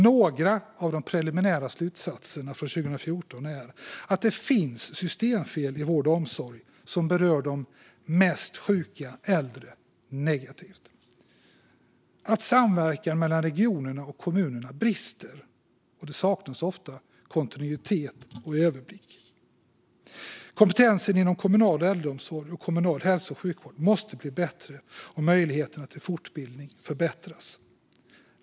Några av de preliminära slutsatserna från 2014 är att det finns systemfel i vård och omsorg som berör de mest sjuka äldre negativt, att samverkan mellan regionerna och kommunerna brister och att det ofta saknas kontinuitet och överblick. Vidare måste kompetensen inom kommunal äldreomsorg och kommunal hälso och sjukvård bli bättre och möjligheterna till fortbildning förbättras.